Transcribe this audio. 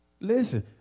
Listen